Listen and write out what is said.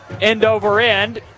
end-over-end